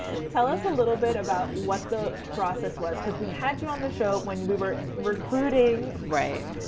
tell us a little bit about what the process was because we had you on the show when we were recruiting. right.